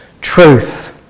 truth